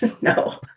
No